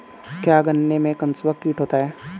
क्या गन्नों में कंसुआ कीट होता है?